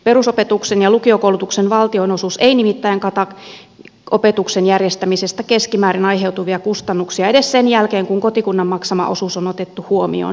perusopetuksen ja lukiokoulutuksen valtionosuus ei nimittäin kata opetuksen järjestämisestä keskimäärin aiheutuvia kustannuksia edes sen jälkeen kun kotikunnan maksama osuus on otettu huomioon